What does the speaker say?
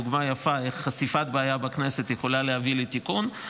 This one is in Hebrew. דוגמה יפה איך חשיפת בעיה בכנסת יכולה להביא לתיקון,